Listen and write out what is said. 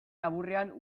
laburrean